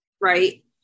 Right